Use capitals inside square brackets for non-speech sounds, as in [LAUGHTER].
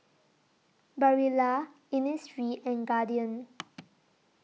Barilla Innisfree and Guardian [NOISE]